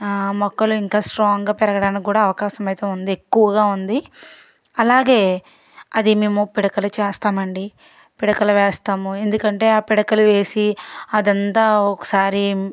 మొక్కలు ఇంకా స్ట్రాంగ్గా పెరగడానికి కూడా అవకాశం అయితే ఉంది ఎక్కువగా ఉంది అలాగే అది మేము పిడకలు చేస్తామండి పిడకలు వేస్తాము ఎందుకంటే ఆ పిడకలు వేసి అదంతా ఒకసారి